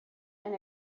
and